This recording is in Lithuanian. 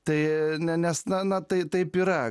tai ne nes na na tai taip yra